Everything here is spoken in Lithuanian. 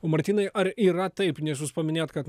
martynai ar yra taip nes jūs paminėjot kad